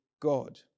God